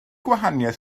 gwahaniaeth